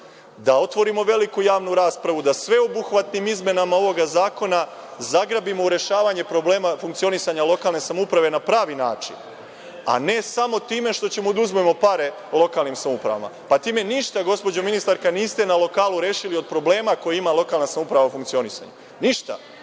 da otvorimo veliku javnu raspravu, da sveobuhvatnim izmenama ovog zakona zagrabimo rešavanje problema funkcionisanja lokalne samouprave na pravi način, a ne samo time što ćemo da uzmemo pare lokalnim samoupravama. Time ništa gospođo ministarka niste na lokalu rešili od problema koje ima lokalna samouprava u funkcionisanju. Ništa,